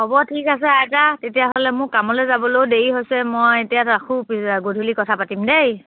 হ'ব ঠিক আছে আইতা তেতিয়াহ'লে মোৰ কামলে যাবলৈও দেৰি হৈছে মই এতিয়া ৰাখো গধূলি কথা পাতিম দেই